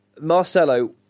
marcelo